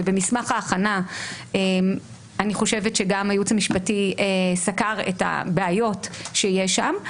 ובמסמך ההכנה אני חושבת שגם הייעוץ המשפטי סקר את הבעיות שיש שם,